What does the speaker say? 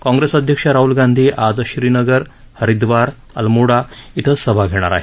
काँप्रेस अध्यक्ष राहुल गांधी आज श्रीनगर हरिद्वार अल्मोडा इं सभा घेणार आहेत